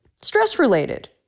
stress-related